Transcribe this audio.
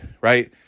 right